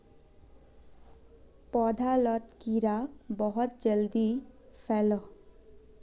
पौधा लात कीड़ा बहुत जल्दी फैलोह